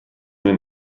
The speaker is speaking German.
den